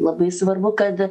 labai svarbu kad